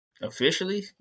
Officially